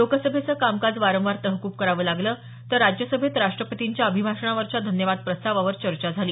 लोकसभेचं कामकाज वारंवार तहकूब करावं लागलं तर राज्यसभेत राष्ट्रपतींच्या अभिभाषणावरच्या धन्यवाद प्रस्तावावर चर्चा झाली